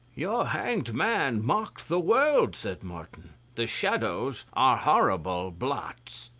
your hanged man mocked the world, said martin. the shadows are horrible blots.